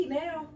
now